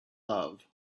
love